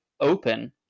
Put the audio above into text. open